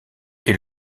est